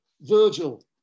Virgil